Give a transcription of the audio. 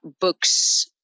books